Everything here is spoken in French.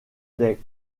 des